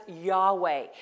Yahweh